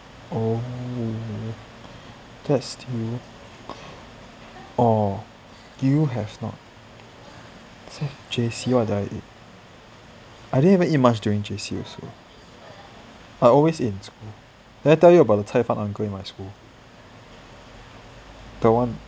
oh that's a steal oh you have not is it J_C what did I eat I didn't even eat much during J_C also I always eat in school did I tell you about the 菜饭 in my school the one